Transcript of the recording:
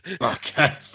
Okay